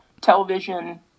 television